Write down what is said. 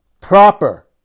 Proper